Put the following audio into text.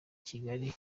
kigali